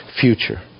future